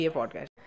podcast